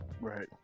Right